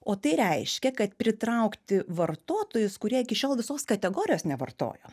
o tai reiškia kad pritraukti vartotojus kurie iki šiol visos kategorijos nevartojo